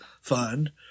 fund